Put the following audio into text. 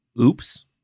Oops